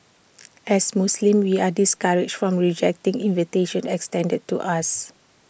as Muslims we are discouraged from rejecting invitations extended to us